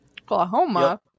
Oklahoma